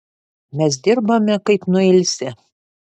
mes dirbame kaip nuilsę